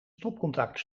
stopcontact